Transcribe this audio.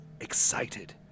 excited